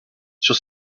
sur